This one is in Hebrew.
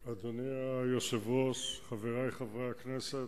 1 4. אדוני היושב-ראש, חברי חברי הכנסת,